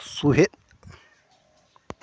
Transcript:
ᱥᱚᱦᱮᱫ